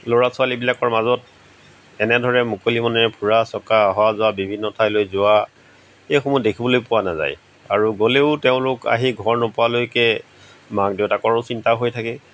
ল'ৰা ছোৱালীবিলাকৰ মাজত এনেদৰে মুকলি মনেৰে ফুৰা চকা অহা যোৱা বিভিন্ন ঠাইলৈ যোৱা এইসমূহ দেখিবলৈ পোৱা নাযায় আৰু গ'লেও তেওঁলোক আহি ঘৰ নোপোৱালৈকে মাক দেউতাকৰো চিন্তা হৈ থাকে